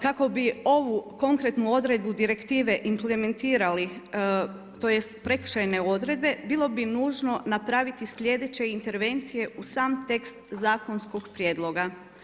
Kako bi ovu konkretnu odredbu direktive implementirali, tj. prekršajne odredbe bilo bi nužno napraviti sljedeće intervencije u sam tekst zakonskog prijedloga.